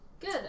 Good